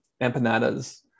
empanadas